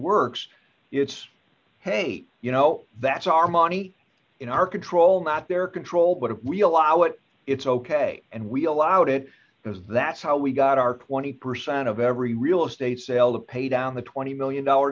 works it's hey you know that's our money in our control not their control but if we allow it it's ok and we allowed it because that's how we got our twenty percent of every real estate sale to pay down the twenty million dollar